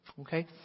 Okay